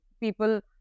people